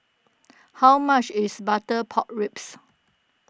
how much is Butter Pork Ribs